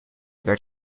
werd